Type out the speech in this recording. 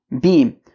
beam